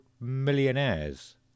Millionaires